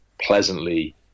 pleasantly